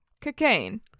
cocaine